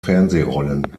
fernsehrollen